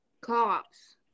cops